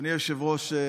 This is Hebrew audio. אדוני היושב-ראש,